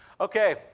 Okay